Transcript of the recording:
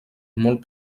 molt